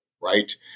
right